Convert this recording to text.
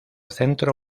centro